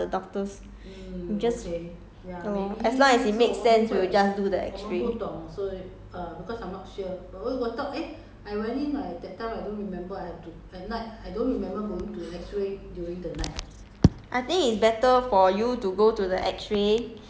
so that's why there's a time I there's reason for everything that they do [one] mah the doctors just lor as long as it makes sense we'll just do the X-ray